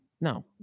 No